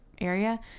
area